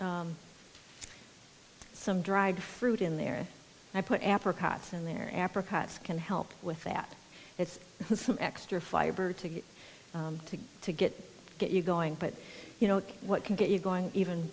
put some dried fruit in there i put apricots in there apricots can help with that it's some extra fiber to get to to get get you going but you know what can get you going even